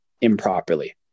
improperly